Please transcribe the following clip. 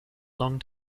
long